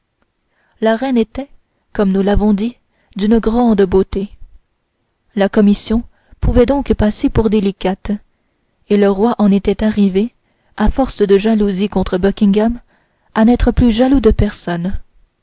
la reine était comme nous l'avons dit d'une grande beauté la commission pouvait donc passer pour délicate et le roi en était arrivé à force de jalousie contre buckingham à n'être plus jaloux de personne